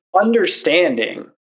understanding